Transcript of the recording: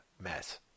mess